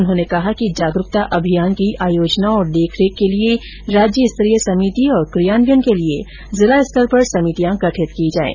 उन्होंने कहा कि जागरूकता अभियान की आयोजना और देखरेख के लिए राज्य स्तरीय समिति तथा क्रियान्वयन के लिए जिला स्तर पर समितियां गठित की जाएं